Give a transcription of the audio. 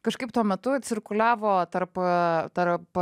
kažkaip tuo metu cirkuliavo tarp tarp